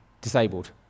disabled